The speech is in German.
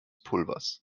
pulvers